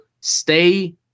stay